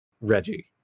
Reggie